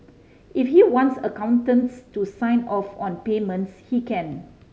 if he wants accountants to sign off on payments he can